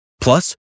Plus